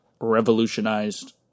revolutionized